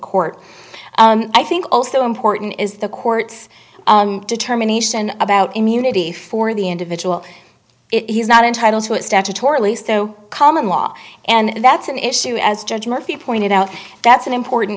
court i think also important is the court's determination about immunity for the individual it he's not entitled to it statutorily so common law and that's an issue as judge murphy pointed out that's an important